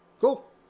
Cool